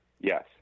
Yes